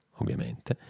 ovviamente